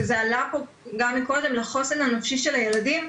וזה עלה פה גם מקודם, לחוסן הנפשי של הילדים,